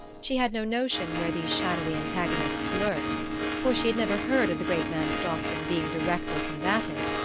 she had no notion where these shadowy antagonists lurked for she had never heard of the great man's doctrine being directly combated.